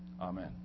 Amen